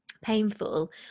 painful